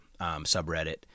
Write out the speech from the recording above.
subreddit